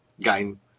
game